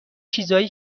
چیزای